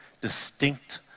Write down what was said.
distinct